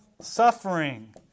suffering